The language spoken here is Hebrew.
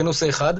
זה נושא אחד.